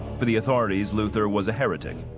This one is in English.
to the authorities, luther was a heratic.